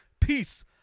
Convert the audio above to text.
Peace